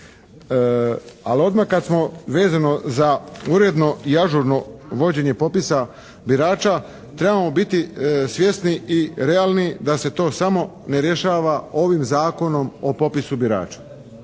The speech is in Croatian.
Ali odmah kad smo vezano za uredno i ažurno vođenje popisa birača trebamo biti svjesni i realni da se to samo ne rješava ovim Zakonom o popisu birača.